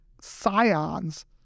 scions